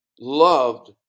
loved